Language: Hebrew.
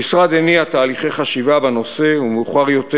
המשרד הניע תהליכי חשיבה בנושא, ומאוחר יותר,